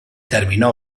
terminó